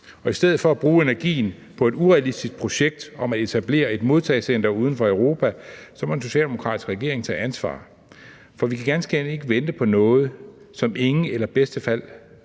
i stedet for at bruge energien på et urealistisk projekt om at etablere et modtagecenter uden for Europa, må den socialdemokratiske regering tage ansvar, for vi kan ganske enkelt ikke vente på noget, som ingen eller i bedste fald